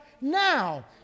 now